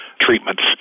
treatments